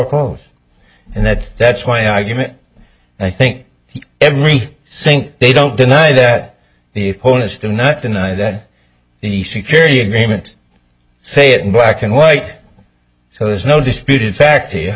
quoth and that's that's why i you know i think every sink they don't deny that the owners do not deny that the security agreements say it in black and white so there's no disputed fact here